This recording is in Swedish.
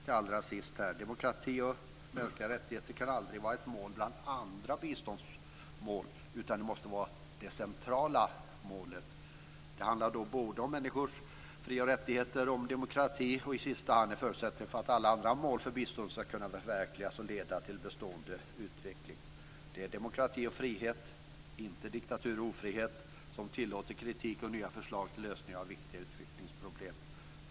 Till sist: Demokrati och mänskliga rättigheter kan aldrig vara ett mål bland andra biståndsmål, utan det måste vara det centrala målet. Det handlar då både om människors grundläggande fri och rättigheter och om att demokrati i sista hand är förutsättningen för att alla andra mål för biståndet ska kunna förverkligas och leda till en bestående utveckling. Det är demokrati och frihet, inte diktatur och ofrihet, som tillåter kritik och nya förslag till lösningar av viktiga utvecklingsproblem.